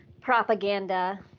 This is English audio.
propaganda